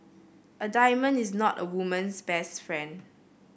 a diamond is not a woman's best friend